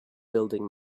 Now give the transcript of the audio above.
building